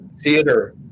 theater